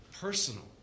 Personal